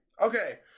Okay